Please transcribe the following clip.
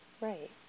Right